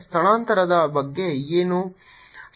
ಸ್ಥಳಾಂತರದ ಬಗ್ಗೆ ಏನು